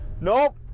Nope